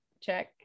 check